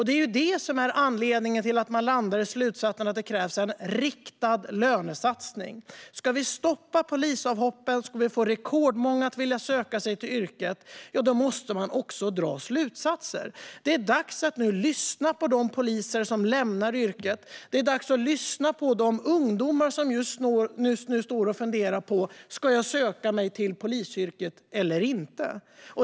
Det är det som är anledningen till att man landar i slutsatsen att det krävs en riktad lönesatsning. Ska man stoppa polisavhoppen och få rekordmånga att söka sig till yrket måste man också dra slutsatser. Det är dags att nu lyssna på de poliser som lämnar yrket. Det är dags att lyssna på de ungdomar som just nu står och funderar på om de ska söka sig till polisyrket eller inte.